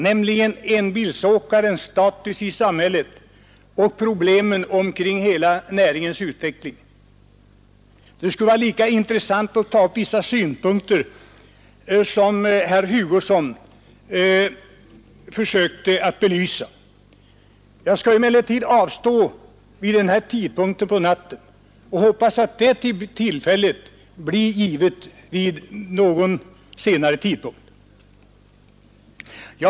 nämligen enbilsåkarens status i samhället och problemet med hela näringens utveckling. Det skulle vara lika intressant att ta vissa synpunkter i herr Hugossons anförande. Jag skall emellertid vid denna tidpunkt på natten avstå men hoppas att vi får möjlighet att diskutera dessa frågor vid något senare tillfälle.